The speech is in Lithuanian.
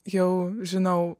jau žinau